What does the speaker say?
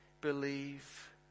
believe